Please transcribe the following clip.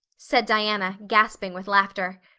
said diana, gasping with laughter.